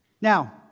Now